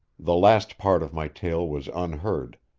the last part of my tale was unheard.